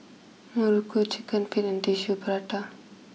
Muruku Chicken Feet and Tissue Prata